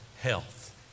health